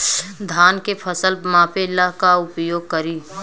धान के फ़सल मापे ला का उपयोग करी?